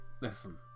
Listen